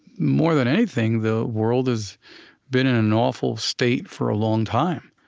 more than anything, the world has been in an awful state for a long time.